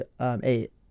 eight